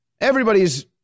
Everybody's